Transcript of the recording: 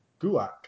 Gulak